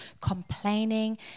complaining